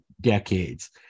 decades